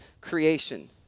creation